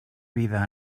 vida